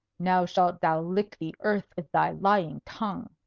now shalt thou lick the earth with thy lying tongue,